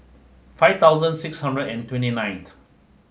five thousand six hundred and twenty ninth